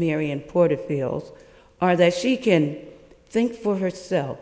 marian porterfield are that she can think for herself